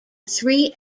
three